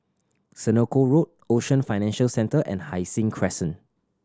Senoko Road Ocean Financial Centre and Hai Sing Crescent